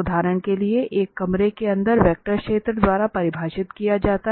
उदाहरण के लिए एक कमरे के अंदर वेक्टर क्षेत्र द्वारा परिभाषित किया जाता है